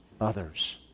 others